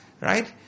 Right